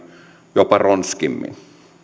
jopa ronskimmin